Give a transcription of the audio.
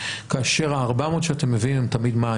כאשר ה-400 שאתם מביאים הם תמיד מה?